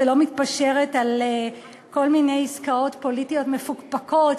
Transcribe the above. ולא מתפשרת על כל מיני עסקאות פוליטיות מפוקפקות,